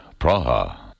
Praha. (